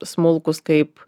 smulkūs kaip